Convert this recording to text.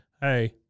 Hey